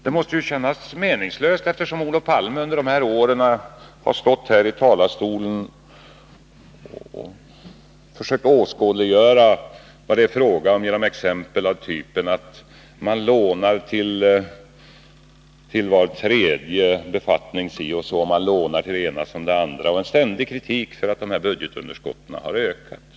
Det måste ju kännas meningslöst, eftersom Olof Palme under dessa år stått i samma talarstol och försökt åskådliggöra vad det är fråga om med exempel som gått ut på att man lånat si eller så mycket till var tredje befattning, att man lånat till det ena och det andra. Det har varit en ständig kritik för att budgetunderskotten har ökat.